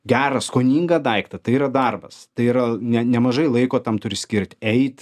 gerą skoningą daiktą tai yra darbas tai yra ne nemažai laiko tam turi skirt eit